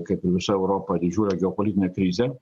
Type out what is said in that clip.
kaip ir visa europa didžiulę geopolitinę krizę